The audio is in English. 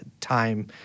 time